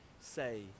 say